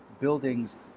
buildings